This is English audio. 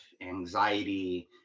anxiety